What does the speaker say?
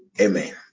Amen